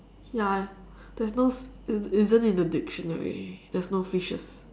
ya there's no isn't in the dictionary there's no fishes